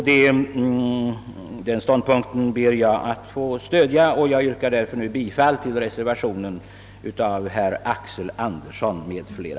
Den ståndpunkten intar också jag och jag yrkar därför bifall till reservationen av herr Axel Andersson m.fl.